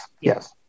Yes